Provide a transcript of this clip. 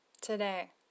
today